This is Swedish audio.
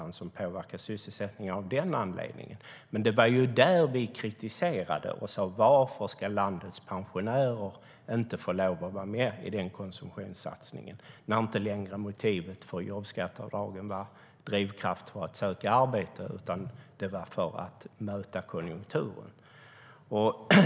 Och det påverkar sysselsättningen av den anledningen. Men det som vi kritiserade och undrade över var varför landets pensionärer inte skulle få vara med i den konsumtionssatsningen. Motivet för jobbskatteavdragen var inte längre drivkraft för att söka arbete utan för att möta konjunkturen.